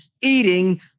eating